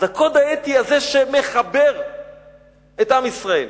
אז הקוד האתי הזה, שמחבר את עם ישראל,